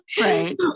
Right